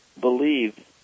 believe